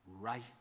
right